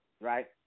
right